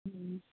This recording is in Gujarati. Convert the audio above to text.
હ